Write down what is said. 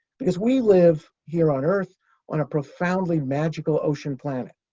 because we live here on earth on a profoundly magical ocean planet.